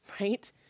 Right